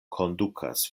kondukas